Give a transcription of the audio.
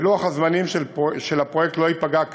ולוח הזמנים של הפרויקט לא ייפגע כלל,